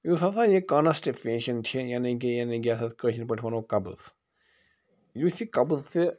یُس ہَسا یہِ کانسٹِپیشَن چھِ یعنی کہِ یعنی کہِ سا کٲشِر پٲٹھۍ وَنو قبض یُس یہِ قبض سہِ